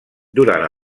durant